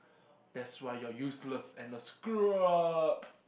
that's why you're useless and let's screw up